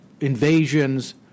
invasions